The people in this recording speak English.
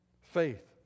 Faith